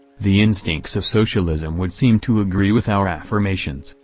the instincts of socialism would seem to agree with our affirmations,